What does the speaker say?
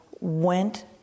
went